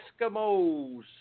Eskimos